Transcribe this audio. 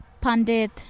Pandit